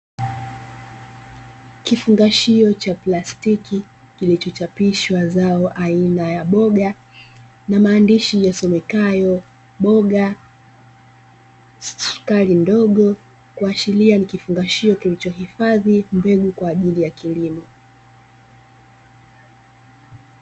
Kifungashio cha plastiki kilichochapishwa zao aina ya boga na maandishi yasomekayo "boga sukari ndogo", kuashiria ni kifungashio kilichohifadhi mbegu kwa ajili ya kilimo.